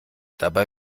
dabei